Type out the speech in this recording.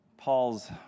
Paul's